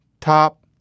top